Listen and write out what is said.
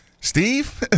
Steve